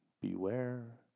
beware